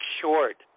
short